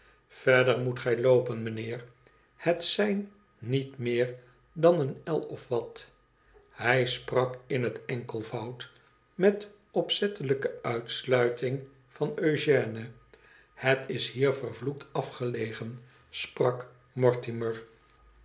verder moet gij loopen mijnheer het zijn niet meer dan een el of wat hij sprak in het enkelvoud met opzettelijke uitsluiting van ëugène het is hier vervloekt afgelegen sprak mortimer